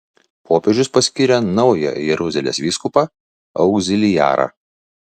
popiežius paskyrė naują jeruzalės vyskupą augziliarą